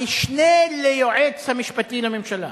המשנה ליועץ המשפטי לממשלה